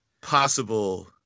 possible